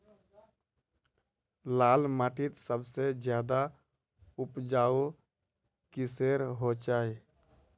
लाल माटित सबसे ज्यादा उपजाऊ किसेर होचए?